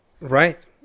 Right